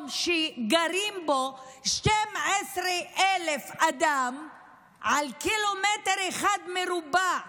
שגרים בו 12,000 אדם על קילומטר מרובע אחד?